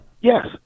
Yes